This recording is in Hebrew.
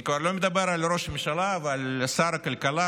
אני כבר לא מדבר על ראש הממשלה ועל שר הכלכלה,